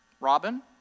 Robin